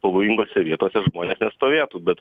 pavojingose vietose žmonės nestovėtų bet